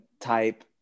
type